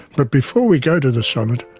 but before we go to the sonnet,